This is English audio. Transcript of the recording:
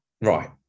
Right